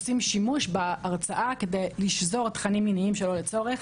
עושים שימוש בהרצאה כדי לשזור תכנים מיניים שלא לצורך,